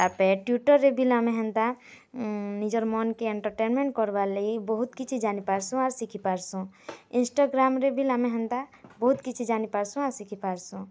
ତାପରେ ଟୁଇଟର୍ ରେ ବି ଆମେ ହେନ୍ତା ନିଜର୍ ମନକେ ଏଣ୍ଟରଟେନମେଣ୍ଟ୍ କର୍ବାର୍ ଲାଗି ବହୁତ୍ କିଛି ଜାନିପାରୁସୁଁ ଆର୍ ଶିଖିପାରୁସୁଁ ଇନ୍ଷ୍ଟାଗ୍ରାମରେ ବି ଆମେ ହେନ୍ତା ବହୁତ୍ କିଛି ଜାନିପାରୁସୁଁ ଆର୍ ଶିଖିପାରୁସୁଁ